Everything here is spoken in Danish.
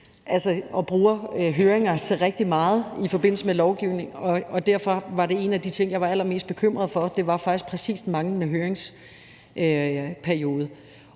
liv og bruger høringer til rigtig meget i forbindelse med lovgivning, og derfor var en af de ting, jeg var allermest bekymret for, faktisk præcis den manglende høringsperiode.